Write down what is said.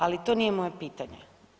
Ali to nije moje pitanje.